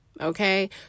Okay